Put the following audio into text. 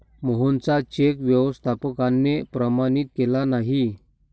मोहनचा चेक व्यवस्थापकाने प्रमाणित केला नाही